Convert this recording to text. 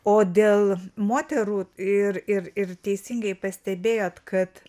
o dėl moterų ir ir ir teisingai pastebėjot kad